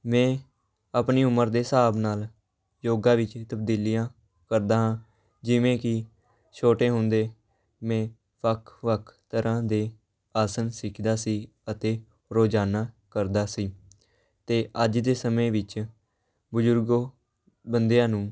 ਮੈਂ ਆਪਣੀ ਉਮਰ ਦੇ ਹਿਸਾਬ ਨਾਲ ਯੋਗਾ ਵਿੱਚ ਤਬਦੀਲੀਆਂ ਕਰਦਾ ਹਾਂ ਜਿਵੇਂ ਕਿ ਛੋਟੇ ਹੁੰਦੇ ਮੈਂ ਵੱਖ ਵੱਖ ਤਰ੍ਹਾਂ ਦੇ ਆਸਣ ਸਿੱਖਦਾ ਸੀ ਅਤੇ ਰੋਜ਼ਾਨਾ ਕਰਦਾ ਸੀ ਅਤੇ ਅੱਜ ਦੇ ਸਮੇਂ ਵਿੱਚ ਬਜ਼ੁਰਗ ਬੰਦਿਆਂ ਨੂੰ